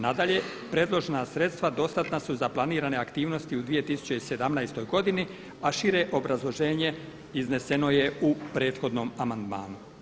Nadalje, predložena sredstva dostatna su za planirane aktivnosti u 2017. godini, a šire obrazloženje izneseno je u prethodnom amandmanu.